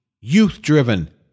Youth-driven